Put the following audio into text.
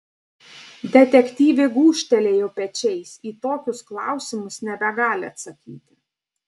detektyvė gūžtelėjo pečiais į tokius klausimus nebegali atsakyti